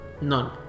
None